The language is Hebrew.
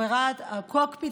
הקוקפיט,